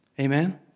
Amen